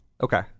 Okay